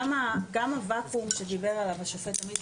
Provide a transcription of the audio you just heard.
גם הוואקום שדיבר עליו השופט עמית,